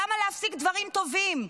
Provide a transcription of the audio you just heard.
למה להפסיק דברים טובים?